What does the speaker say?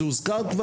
זה הוזכר,